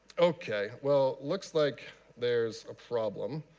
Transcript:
ok, well looks like there's a problem.